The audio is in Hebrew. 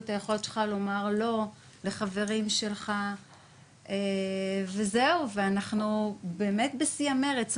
היכולת שלך לומר לא לחברים שלך וזהו ואנחנו באמת בשיא המרץ,